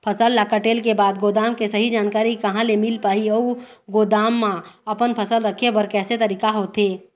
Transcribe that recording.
फसल ला कटेल के बाद गोदाम के सही जानकारी कहा ले मील पाही अउ गोदाम मा अपन फसल रखे बर कैसे तरीका होथे?